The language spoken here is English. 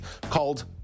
called